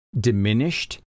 diminished